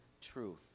truth